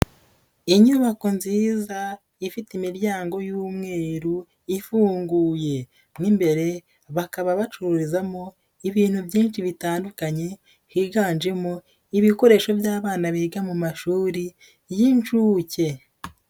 Inyubako nziza ifite imiryango y'umweru ifunguye, mu imbere bakaba bacururizamo ibintu byinshi bitandukanye higanjemo ibikoresho by'abana biga mu mashuri y'inshuke.